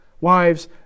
wives